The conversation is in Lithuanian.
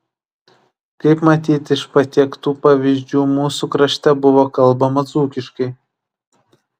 kaip matyti iš patiektų pavyzdžių mūsų krašte buvo kalbama dzūkiškai